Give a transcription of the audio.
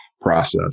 process